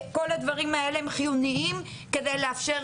כל הדברים האלה הם חיוניים כדי לאפשר